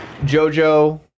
jojo